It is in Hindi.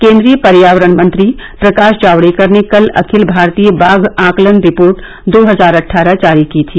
केंद्रीय पर्यावरण मंत्री प्रकाश जावडेकर ने कल अखिल भारतीय बाघ आकलन रिपोर्ट दो हजार अटठारह जारी की थी